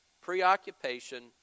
preoccupation